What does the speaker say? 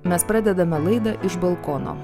mes pradedame laidą iš balkono